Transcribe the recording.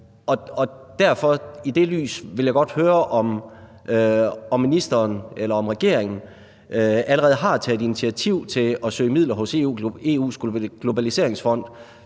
jeg derfor godt høre, om regeringen allerede har taget initiativ til at søge midler hos EU's Globaliseringsfond,